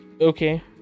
Okay